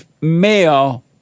male